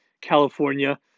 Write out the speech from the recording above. california